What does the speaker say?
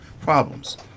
problems